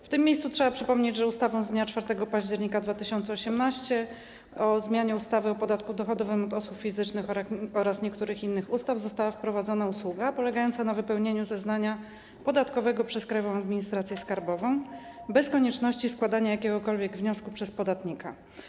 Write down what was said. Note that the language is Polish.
W tym miejscu trzeba przypomnieć, że ustawą z dnia 4 października 2018 r. o zmianie ustawy o podatku dochodowym od osób fizycznych oraz niektórych innych ustaw została wprowadzona usługa polegająca na wypełnieniu zeznania podatkowego przez Krajową Administrację Skarbową bez konieczności składania jakiegokolwiek wniosku przez podatnika.